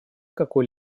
какой